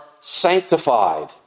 sanctified